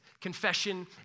Confession